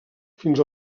fins